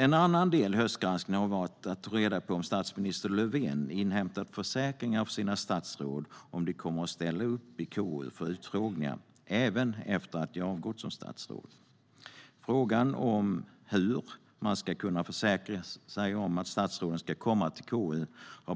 En annan del i höstgranskningen har varit att ta reda på om statsminister Löfven inhämtat försäkringar från sina statsråd om att de kommer att ställa upp i KU för utfrågningar, även efter att de har avgått som statsråd. Frågan om hur man ska kunna försäkra sig om att statsråden ska komma till KU har